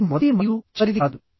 ఇది మొదటి మరియు చివరిది కాదు